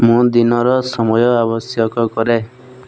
ମୁଁ ଦିନର ସମୟ ଆବଶ୍ୟକ କରେ